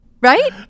Right